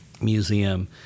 museum